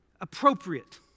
appropriate